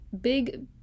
Big